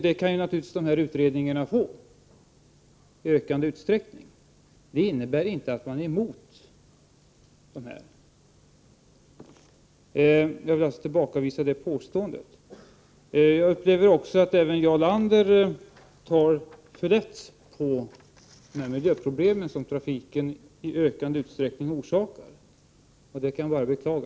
Det kan naturligtvis dessa utredningar få i ökad utsträckning. Men detta innebär inte att man är emot dessa utredningar. Jag vill alltså tillbakavisa det påståendet. Jag upplever också att även Jarl Lander tar för lätt på de miljöproblem trafiken i ökad utsträckning orsakar. Det kan jag bara beklaga.